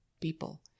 people